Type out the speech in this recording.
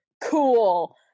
cool